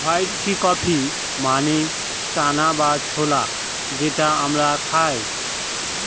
white chickpea মানে চানা বা ছোলা যেটা আমরা খায়